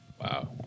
Wow